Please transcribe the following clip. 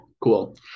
Cool